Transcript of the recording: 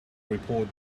report